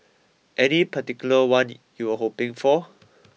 any particular one you were hoping for